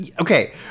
okay